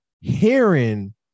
hearing